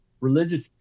religious